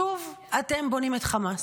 שוב אתם בונים את חמאס.